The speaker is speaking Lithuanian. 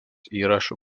įrašų